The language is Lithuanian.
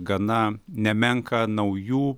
gana nemenką naujų